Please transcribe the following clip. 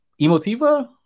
emotiva